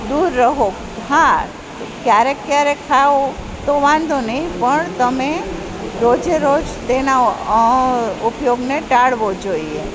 દૂર રહો હા ક્યારેક ક્યારેક ખાઓ તો વાંધો નહીં પણ તમે રોજે રોજ તેના ઉપયોગને ટાળવો જોઈએ